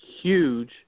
huge